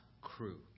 crew